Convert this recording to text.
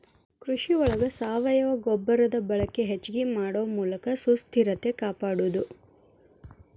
ಕೃಷಿ ಒಳಗ ಸಾವಯುವ ಗೊಬ್ಬರದ ಬಳಕೆ ಹೆಚಗಿ ಮಾಡು ಮೂಲಕ ಸುಸ್ಥಿರತೆ ಕಾಪಾಡುದು